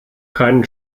keinen